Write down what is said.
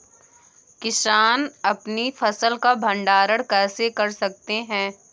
किसान अपनी फसल का भंडारण कैसे कर सकते हैं?